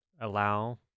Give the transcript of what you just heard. Allow